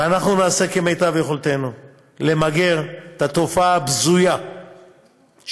ואנחנו נעשה כמיטב יכולתנו למגר את התופעה הבזויה של